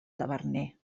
taverner